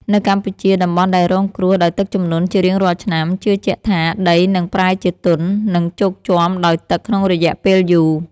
នៅកម្ពុជា តំបន់ដែលរងគ្រោះដោយទឹកជំនន់ជារៀងរាល់ឆ្នាំ ជឿជាក់ថាដីនឹងប្រែជាទន់ និងជោកជាំដោយទឹកក្នុងរយៈពេលយូរ។